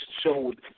showed